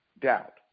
doubt